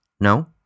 no